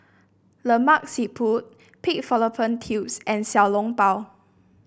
Lemak Siput Pig Fallopian Tubes and Xiao Long Bao